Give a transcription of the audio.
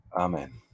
Amen